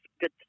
good